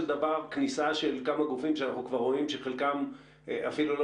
דבר כניסה של כמה גופים שאנחנו כבר רואים שחלקם אפילו לא